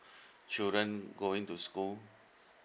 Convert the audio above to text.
children going to school